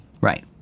Right